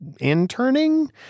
interning